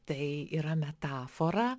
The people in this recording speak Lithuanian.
tai yra metafora